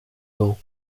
gant